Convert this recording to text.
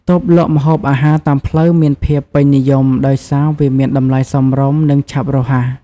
តូបលក់ម្ហូបអាហារតាមផ្លូវមានភាពពេញនិយមដោយសារវាមានតម្លៃសមរម្យ និងឆាប់រហ័ស។